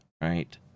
right